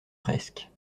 presque